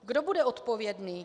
Kdo bude odpovědný?